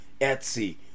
Etsy